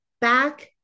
back